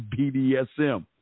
BDSM